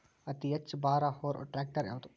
ಅತಿ ಹೆಚ್ಚ ಭಾರ ಹೊರು ಟ್ರ್ಯಾಕ್ಟರ್ ಯಾದು?